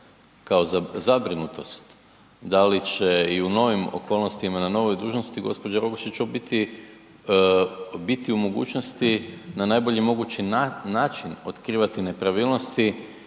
kao zabrinutost. Da li će i u novim okolnostima na novoj dužnosti g. Rogošić u biti biti u mogućnosti na najbolji mogući način otkrivati nepravilnosti,